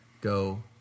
go